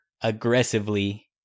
aggressively